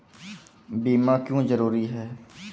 बीमा क्यों जरूरी हैं?